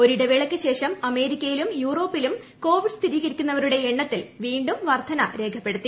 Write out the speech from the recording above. ഒരു ഇടവേളയ്ക്കു ശേഷം അമേരിക്കയിലും യൂറോപ്പിലും കോവിഡ് സ്ഥിരീകരിക്കുന്നവരുടെ എണ്ണത്തിൽ വീണ്ടും വർധന രേഖപ്പെടുത്തി